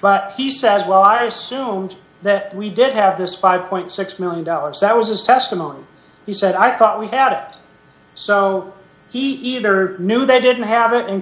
but he says well i assumed that we did have this five point six million dollars that was his testimony he said i thought we had it so he either knew they didn't have it and